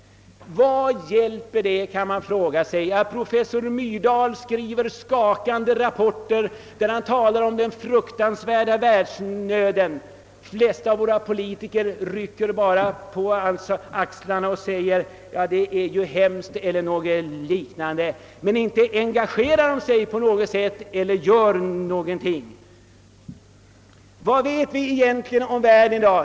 Vad hjälper det, kan man fråga sig, att professor Myrdal skriver skakande rapporter om den fruktansvärda världsnöden? De flesta av våra politiker rycker bara på axlarna och säger att det är hemskt eller något liknande. Men de engagerar sig inte på något sätt och gör ingenting. Vad vet vi egentligen om världen i dag?